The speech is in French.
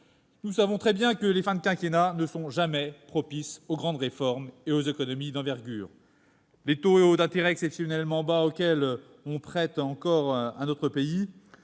Nous le savons très bien, les fins de quinquennat ne sont jamais propices aux grandes réformes et aux économies d'envergure. Les taux d'intérêt exceptionnellement bas auxquels on prête encore à notre pays